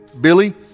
Billy